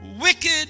wicked